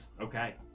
Okay